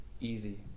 easy